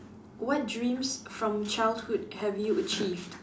what dreams from childhood have you achieved